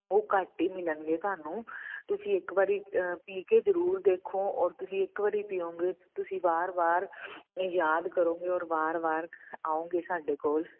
ਉਹ ਘੱਟ ਹੀ ਮਿਲਣਗੇ ਤੁਹਾਨੂੰ ਤੁਸੀਂ ਇੱਕ ਵਾਰੀ ਪੀ ਕੇ ਜ਼ਰੂਰ ਦੇਖੋ ਔਰ ਤੁਸੀਂ ਇੱਕ ਵਾਰੀ ਪੀਓਗੇ ਤੁਸੀਂ ਵਾਰ ਵਾਰ ਯਾਦ ਕਰੋਗੇ ਔਰ ਵਾਰ ਵਾਰ ਆਉਂਗੇ ਸਾਡੇ ਕੋਲ